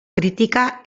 crítica